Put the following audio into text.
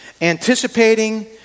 Anticipating